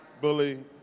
Bully